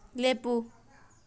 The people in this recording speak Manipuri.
ꯂꯦꯞꯄꯨ